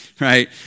Right